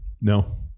no